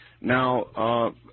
Now